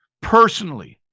personally